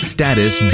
Status